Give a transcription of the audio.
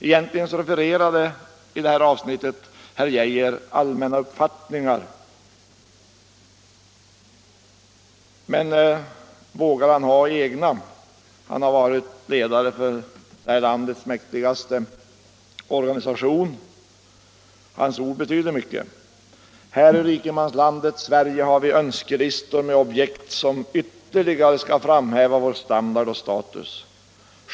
Egentligen refererade herr Geijer i det här avsnittet allmänna uppfattningar. Men vågar han ha egna? Han har varit ledare för det här landets mäktigaste organisation. Hans ord betyder mycket. Här i rikemanslandet Sverige har vi önskelistor med objekt som ytterligare skall framhäva vår standard och status.